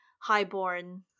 highborn